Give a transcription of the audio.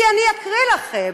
אני אקריא לכם: